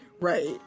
Right